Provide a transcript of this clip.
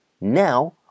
now